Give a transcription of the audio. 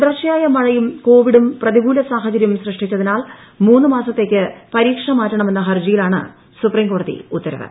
തുടർച്ചയായ മഴയും കോവിഡും പ്രതികൂല സാഹചര്യം സൃഷ്ടിച്ചതിനാൽ മൂന്നു മാസത്തേക്ക് പരീക്ഷ മാറ്റണമെന്ന ഹർജിയിലാണ് സുപ്രീംകോടതി ഉത്തരവ്